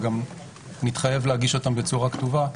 וגם מתחייב להגיש אותם בצורה כתובה,